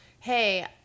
Hey